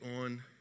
on